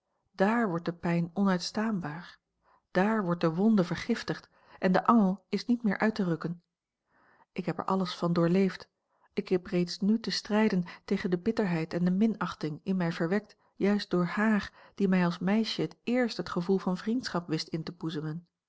dààr wordt de pijn onuitstaanbaar dààr wordt de wonde vergiftigd en de angel is niet meer uit te rukken ik heb er alles van doorleefd ik heb reeds nu te strijden tegen de bitterheid en de minachting in mij verwekt juist door haar die mij als meisje het eerst het gevoel van vriendschap wist in te